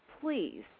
please